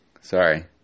Sorry